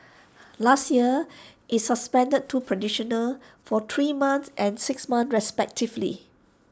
last year IT suspended two for three months and six months respectively